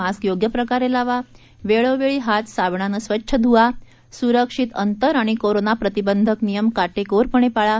mask योग्य प्रकारे लावा वेळोवेळी हात साबणाने स्वच्छ धुवा सुरक्षित अंतर आणि कोरोना प्रतिबंधक नियम का क्रिोरपणे पाळा